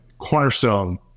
Cornerstone